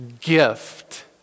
gift